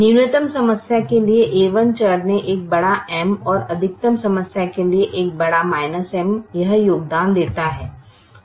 न्यूनतम समस्या के लिए a1 चर ने एक बड़ा M और अधिकतम समस्या के लिए एक बड़ा M यह योगदान देता है